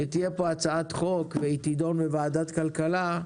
בריאות וכולם, דיון דחוף,